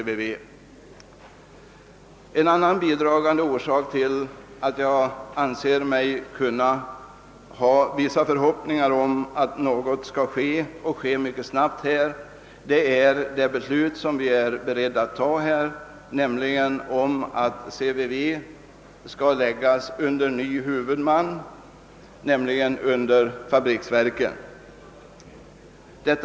En bidragande orsak till att jag ansluter mig till utskottets hemställan är också att jag anser mig kunna ha vissa förhoppningar om att snabba åtgärder kommer att vidtagas på grundval av det beslut som vi är beredda att fatta och som bl.a. innebär att CVV skall överföras till försvarets fabriksverk.